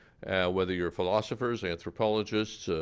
whether you're philosophers, anthropologists,